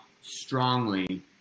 strongly